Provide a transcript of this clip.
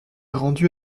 rendus